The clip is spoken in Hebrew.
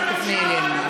אל תפנה אליהם.